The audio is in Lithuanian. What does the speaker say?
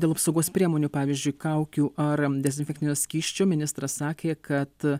dėl apsaugos priemonių pavyzdžiui kaukių ar dezinfektinio skysčio ministras sakė kad